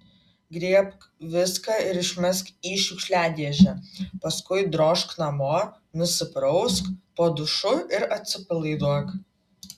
griebk viską ir išmesk į šiukšliadėžę paskui drožk namo nusiprausk po dušu ir atsipalaiduok